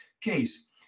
Case